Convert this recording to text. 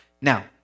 Now